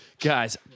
Guys